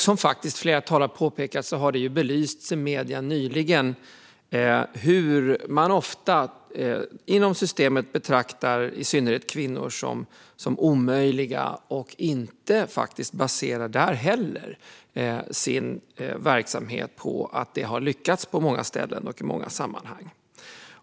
Som flera talare har påpekat har det nyligen belysts i medierna hur man inom systemet ofta betraktar i synnerhet kvinnor som omöjliga och inte där heller baserar sin verksamhet på att det har lyckats på många ställen och i många sammanhang.